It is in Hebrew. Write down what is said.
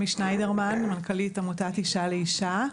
אני מנכ"לית עמותת אישה לאישה.